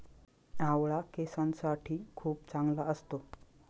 आवळा केसांसाठी खूप चांगला असतो